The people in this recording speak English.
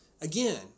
again